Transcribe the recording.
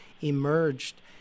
emerged